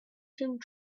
seemed